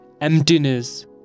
emptiness